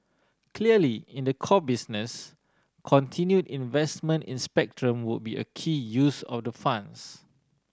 clearly in the core business continue investment in spectrum would be a key use of the funds